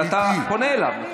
אבל אתה פונה אליו,